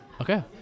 okay